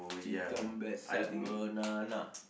chicken backside banana